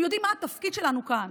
והם יודעים מה התפקיד שלנו כאן.